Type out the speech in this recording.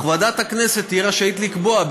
אך ועדת הכנסת תהיה רשאית לקבוע,